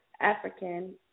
African